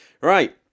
right